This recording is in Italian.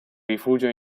rifugia